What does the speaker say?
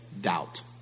doubt